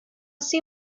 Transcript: see